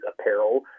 apparel